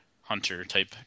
hunter-type